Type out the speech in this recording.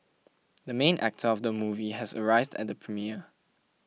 the main actor of the movie has arrived at the premiere